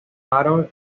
harold